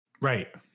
right